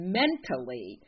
mentally